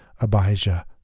Abijah